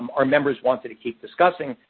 um our members wanted to keep discussing.